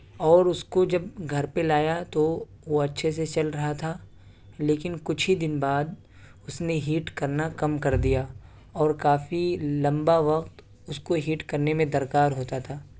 اور اس کو جب گھر پہ لایا تو وہ اچھے سے چل رہا تھا لیکن کچھ ہی دن بعد اس نے ہیٹ کرنا کم کر دیا اور کافی لمبا وقت اس کو ہیٹ کرنے میں درکار ہوتا تھا